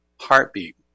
heartbeat